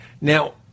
Now